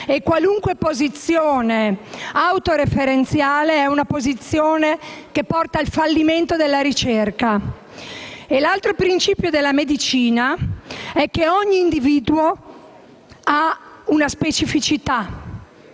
e qualunque posizione autoreferenziale porta al fallimento della ricerca. L'altro principio della medicina è che ogni individuo ha una specificità.